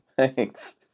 Thanks